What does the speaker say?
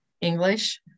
English